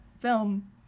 film